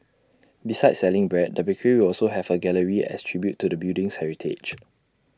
besides selling bread the bakery will also have A gallery as A tribute to the building's heritage